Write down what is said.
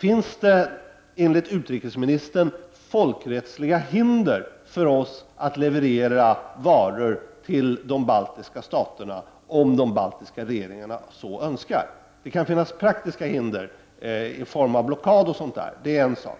Finns det enligt utrikesministern folkrättsliga hinder för oss att leverera varor till de baltiska staterna om de baltiska regeringarna så önskar? Det kan finnas praktiska hinder i form av blockader och annat. Det är en sak.